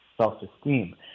self-esteem